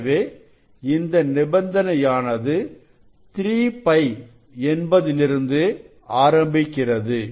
எனவே இந்த நிபந்தனை ஆனது 3 π என்பதிலிருந்து ஆரம்பிக்கிறது